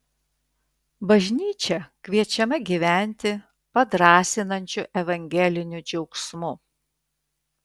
bažnyčia kviečiama gyventi padrąsinančiu evangeliniu džiaugsmu